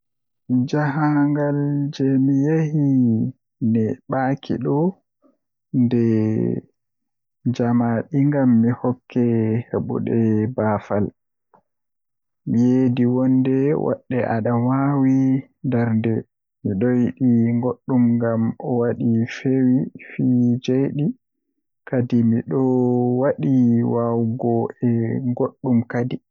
Jahangal jei mi yahi neeɓaki ɗo Nde njamaɗi ngam mi hokka heɓude baafal, mi yeddi wonde waɗde aɗa waawi ndaarnde. Miɗo yiɗi goɗɗum ngam o waɗi feewi fi jeyɗe, kadi miɗo waɗi waawugol e goɗɗum kadi.